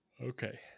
Okay